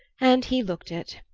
and he looked it.